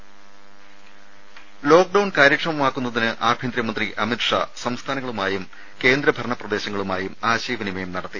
ദേദ ലോക്ഡൌൺ കാര്യക്ഷമമാക്കുന്നതിന് ആഭ്യന്തരമന്ത്രി അമിത് ഷാ സംസ്ഥാനങ്ങളുമായും കേന്ദ്രഭരണ പ്രദേശങ്ങളുമായും ആശയ വിനിമയം നടത്തി